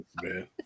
man